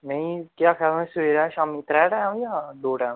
ते केह आक्खा दे सबैह्रे शामीं त्रै टैम जां दो टैम